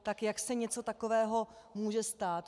Tak jak se něco takového může stát?